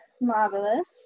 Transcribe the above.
marvelous